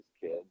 kids